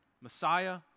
Messiah